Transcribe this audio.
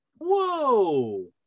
Whoa